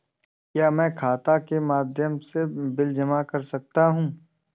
क्या मैं खाता के माध्यम से बिल जमा कर सकता हूँ?